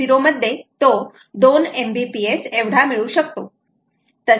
0 मध्ये तो 2 MBPS एवढा मिळू शकतो